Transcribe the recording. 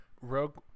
rogue